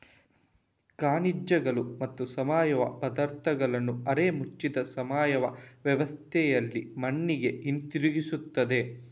ಖನಿಜಗಳು ಮತ್ತು ಸಾವಯವ ಪದಾರ್ಥಗಳನ್ನು ಅರೆ ಮುಚ್ಚಿದ ಸಾವಯವ ವ್ಯವಸ್ಥೆಯಲ್ಲಿ ಮಣ್ಣಿಗೆ ಹಿಂತಿರುಗಿಸುತ್ತದೆ